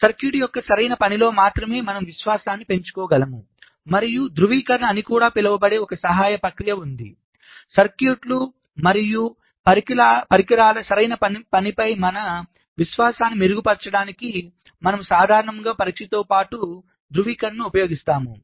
circuit యొక్క సరైన పనిలో మాత్రమే మన విశ్వాసాన్ని పెంచుకోగలము మరియు ధృవీకరణ అని కూడా పిలువబడే ఒక సహాయక ప్రక్రియ ఉంది సర్క్యూట్లు మరియు పరికరాల సరైన పనిపై మన విశ్వాసాన్ని మెరుగుపరచడానికి మనము సాధారణంగా పరీక్షతో పాటు ధృవీకరణను ఉపయోగిస్తాము